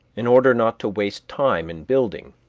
in order not to waste time in building,